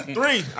Three